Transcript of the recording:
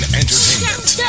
entertainment